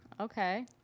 Okay